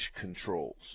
controls